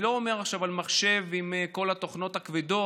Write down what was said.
אני לא מדבר עכשיו על מחשב עם כל התוכנות הכבדות,